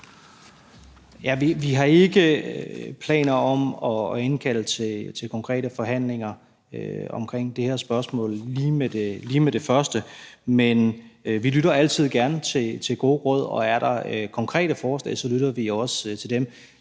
Vi har ikke planer om at indkalde til konkrete forhandlinger om det her spørgsmål lige med det første, men vi lytter altid gerne til gode råd, og er der konkrete forslag, så lytter vi også til dem.